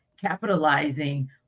capitalizing